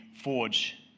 forge